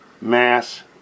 Mass